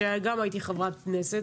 שאז גם הייתי חברת כנסת,